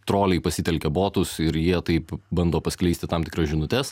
troliai pasitelkia botus ir jie taip bando paskleisti tam tikras žinutes